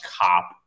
cop